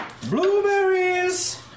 blueberries